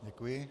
Děkuji.